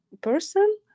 person